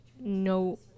no